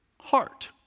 heart